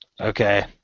Okay